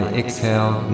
exhale